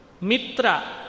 Mitra